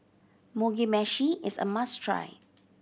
Mugi Meshi is a must try